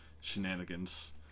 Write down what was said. shenanigans